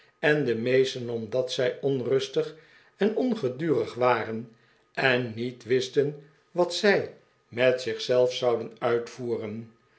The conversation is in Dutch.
en de meesten omdat zij onrustig en ongedurig waren en niet wisten wat zij met zich zelf zouden uitvoeren